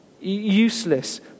useless